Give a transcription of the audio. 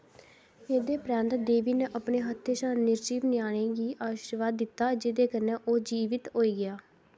एह्दे परैंत्त देवी ने अपने हत्थें शा निर्जीव ञ्याणे गी आशीर्वाद दित्ता जेह्दे कन्नै ओह् जीवत होई गेआ